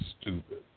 stupid